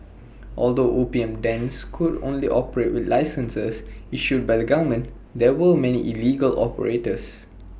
although opium dens could only operate with licenses issued by the government there were many illegal operators